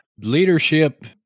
Leadership